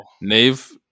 Nave